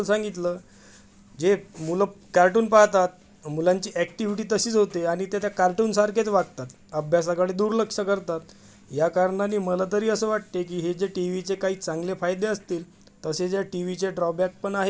जे मुलं कार्टून पाहतात मुलांची ॲक्टिव्हिटी तशीच होते आणि ते त्या कार्टूनसारखेच वागतात अभ्यासाकडे दुर्लक्ष करतात ह्या कारणानी मला तरी असं वाटते की हे जे टी व्हीचे काही चांगले फायदे असतील तसेच या टी व्हीचे ड्रॉबॅकपण आहेत आणि ते